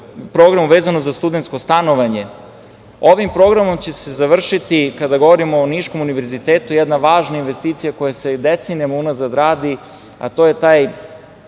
programu vezano za studentsko stanovanje, ovim programom će se završiti, kada govorimo o Niškom univerzitetu jedna važna investicija koja se decenijama unazad radi, a to je ta